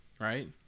right